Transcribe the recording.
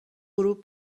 غروب